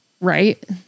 right